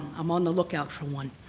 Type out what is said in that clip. i'm on the lookout for one.